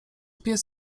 pies